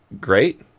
great